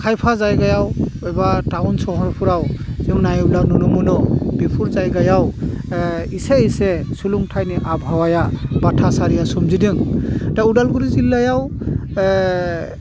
खायफा जायगायाव एबा टावन सहरफ्राव जों नायोब्ला नुनो मोनो बेफोर जायगायाव एसे एसे सोलोंथाइनि आबहावाया बा थासारिया समजिदों दा अदालगुरि जिल्लायाव